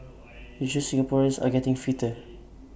IT shows Singaporeans are getting fitter